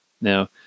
Now